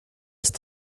ist